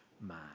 man